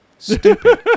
Stupid